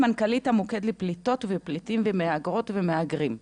מנכ"לית המוקד לפליטות ופליטים ומהגרות ומהגרים.